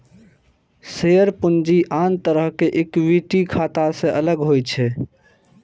share पूंजी आन तरहक इक्विटी खाता सं अलग होइ छै